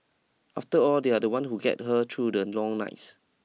after all they are the ones who get her through the long nights